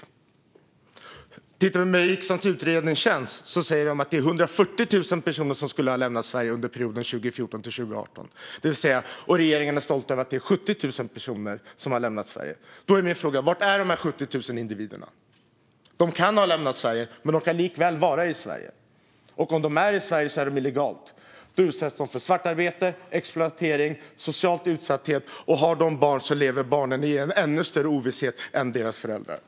Enligt riksdagens utredningstjänst skulle 140 000 personer ha lämnat Sverige under perioden 2014-2018. Regeringen är stolt över att 70 000 har lämnat Sverige. Min fråga är: Var är de övriga 70 000 individerna? De kan ha lämnat Sverige, men de kan likaväl vara i Sverige. Om de befinner sig här gör de det illegalt. Då utsätts de för svartarbete, exploatering och social utsatthet. Har de barn lever dessa i ännu större ovisshet än deras föräldrar gör.